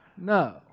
no